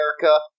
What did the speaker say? America